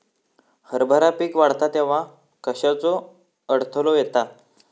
हरभरा पीक वाढता तेव्हा कश्याचो अडथलो येता?